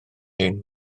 hen